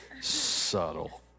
Subtle